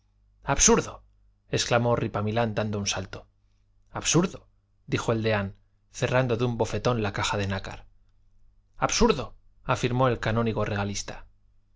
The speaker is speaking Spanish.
absurdo exclamó ripamilán dando un salto absurdo dijo el deán cerrando de un bofetón la caja de nácar absurdo afirmó el canónigo regalista